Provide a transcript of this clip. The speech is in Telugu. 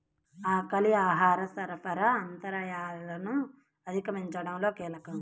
ఆకలి ఆహార సరఫరా అంతరాయాలను అధిగమించడంలో కీలకం